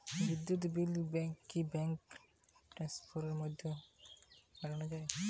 বিদ্যুৎ বিল কি ব্যাঙ্ক ট্রান্সফারের মাধ্যমে মেটানো য়ায়?